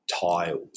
tiles